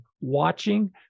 watching